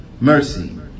mercy